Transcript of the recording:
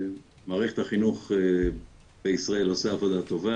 מערכת החינוך בישראל עושה עבודה טובה